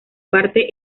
parte